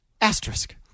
Asterisk